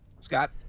Scott